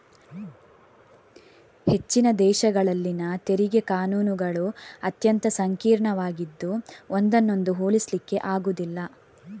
ಹೆಚ್ಚಿನ ದೇಶಗಳಲ್ಲಿನ ತೆರಿಗೆ ಕಾನೂನುಗಳು ಅತ್ಯಂತ ಸಂಕೀರ್ಣವಾಗಿದ್ದು ಒಂದನ್ನೊಂದು ಹೋಲಿಸ್ಲಿಕ್ಕೆ ಆಗುದಿಲ್ಲ